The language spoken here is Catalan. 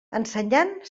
ensenyant